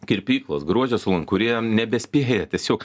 kirpyklos grožio salonai kurie nebespėja tiesiog